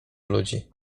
ludzi